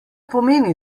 pomeni